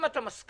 אם אתה מסכים